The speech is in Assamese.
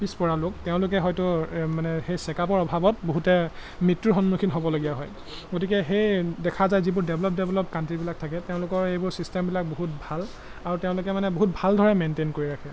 পিছপৰা লোক তেওঁলোকে হয়তো মানে সেই চেকআপৰ অভাৱত বহুতে মৃত্যুৰ সন্মুখীন হ'বলগীয়াও হয় গতিকে সেই দেখা যায় যিবোৰ ডেভেলপ ডেভলপ কাউণ্ট্ৰিবিলাক থাকে তেওঁলোকৰ এইবোৰ ছিষ্টেমবিলাক বহুত ভাল আৰু তেওঁলোকে মানে বহুত ভালদৰে মেইনটেইন কৰি ৰাখে